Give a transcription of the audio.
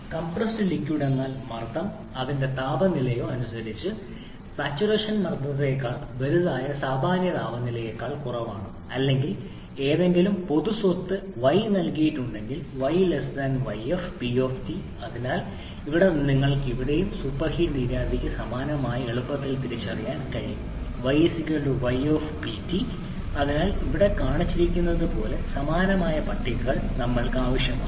compressed liquid എന്നാൽ മർദ്ദം അതിന്റെ താപനിലയോ താപനിലയോ അനുസരിച്ച് സാച്ചുറേഷൻ മർദ്ദത്തേക്കാൾ വലുതായ സാമാന്യ താപനിലയേക്കാൾ കുറവാണ് അല്ലെങ്കിൽ ഏതെങ്കിലും പൊതു സ്വത്ത് y നൽകിയിട്ടുണ്ടെങ്കിൽ y yf P T അതിനാൽ അവിടെ നിന്ന് നിങ്ങൾക്ക് ഇവിടെയും സൂപ്പർഹീഡ് നീരാവിക്ക് സമാനമായി എളുപ്പത്തിൽ തിരിച്ചറിയാൻ കഴിയും y y P T അതിനാൽ ഇവിടെ കാണിച്ചിരിക്കുന്നതുപോലെ സമാനമായ പട്ടികകൾ ഞങ്ങൾക്ക് ആവശ്യമാണ്